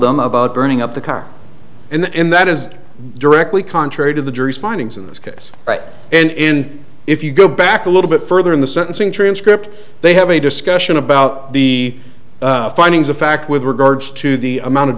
them about burning up the car in the end that is directly contrary to the jury's findings in this case but in if you go back a little bit further in the sentencing transcript they have a discussion about the findings of fact with regards to the amount of